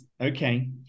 Okay